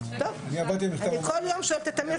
אני כל יום שואלת את טמיר,